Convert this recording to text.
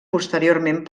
posteriorment